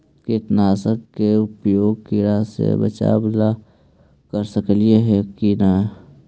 कीटनाशक के उपयोग किड़ा से बचाव ल कर सकली हे की न?